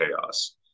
chaos